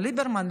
לא ליברמן,